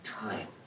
time